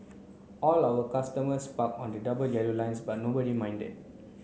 all our customers parked on the double yellow lines but nobody minded